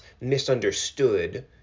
misunderstood